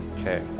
Okay